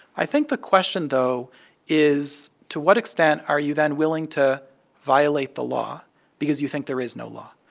i think the question though is to what extent are you then willing to violate the law because you think there is no law.